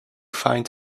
find